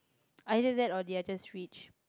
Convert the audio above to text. either that or they are just rich